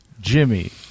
Jimmy